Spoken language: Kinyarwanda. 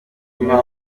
iyi